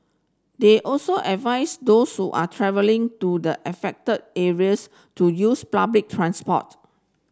they also advised those so are travelling to the affected areas to use public transport